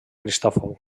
cristòfol